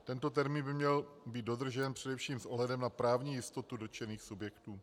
Tento termín by měl být dodržen především s ohledem na právní jistotu dotčených subjektů.